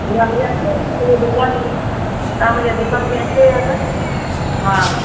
या भले अचो मुंहिंजी दुकान तव्हां मुंहिंजी दुकान ते अचो या त हा